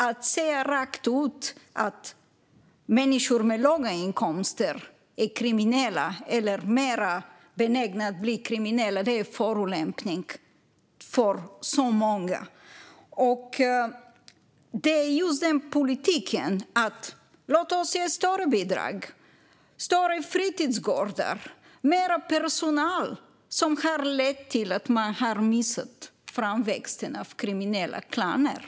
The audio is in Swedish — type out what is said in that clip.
Att säga rakt ut att människor med låga inkomster är kriminella eller mer benägna att bli kriminella är en förolämpning mot många. Det är just den politiken, med större bidrag, större fritidsgårdar och mer personal, som har lett till att man har missat framväxten av kriminella klaner.